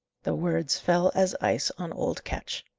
the words fell as ice on old ketch.